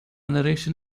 narration